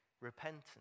repentance